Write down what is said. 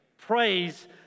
praise